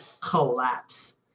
collapse